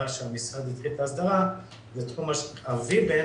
שהמשרד התחיל את ההסדרה והוא בתחום ה-V-Band